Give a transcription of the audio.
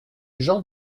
jean